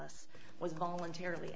us was voluntarily